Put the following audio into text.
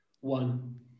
One